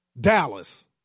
Dallas